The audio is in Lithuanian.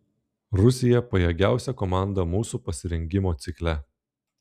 rusija pajėgiausia komanda mūsų pasirengimo cikle